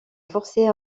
forcer